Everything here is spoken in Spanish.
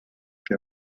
que